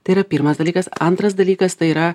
tai yra pirmas dalykas antras dalykas tai yra